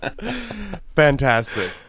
Fantastic